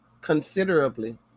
considerably